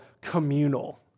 communal